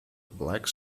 black